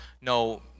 no